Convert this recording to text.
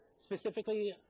Specifically